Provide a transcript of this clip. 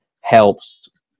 helps